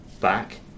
back